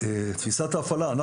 בתפיסת ההפעלה,